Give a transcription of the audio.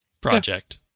project